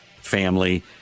family